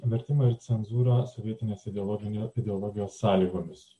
vertimą ir cenzūrą sritinės ideologinio ideologijos sąlygomis